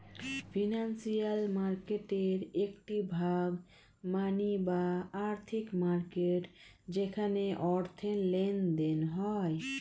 financial মার্কেটের একটি ভাগ মানি বা আর্থিক মার্কেট যেখানে অর্থের লেনদেন হয়